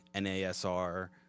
NASR